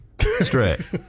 straight